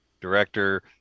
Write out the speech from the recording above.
director